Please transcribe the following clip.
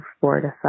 fortified